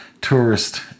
tourist